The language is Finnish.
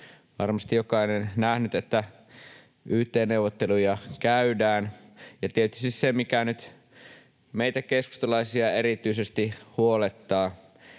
Varmasti jokainen on nähnyt, että yt-neuvotteluja käydään, ja tietysti se, mikä nyt meitä keskustalaisia erityisesti huolettaa,